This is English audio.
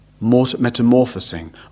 metamorphosing